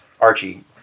Archie